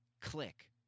click